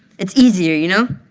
it's easier, you know?